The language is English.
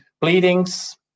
bleedings